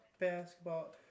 basketball